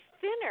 thinner